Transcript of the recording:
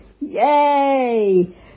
Yay